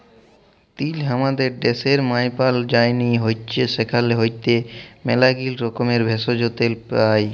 তিল হামাদের ড্যাশের মায়পাল যায়নি হৈচ্যে সেখাল হইতে ম্যালাগীলা রকমের ভেষজ, তেল পাই